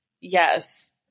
yes